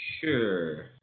Sure